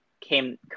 came